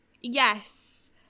Yes